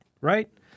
right